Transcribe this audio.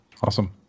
Awesome